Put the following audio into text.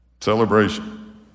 celebration